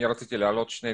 אני רכז דיור